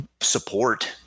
support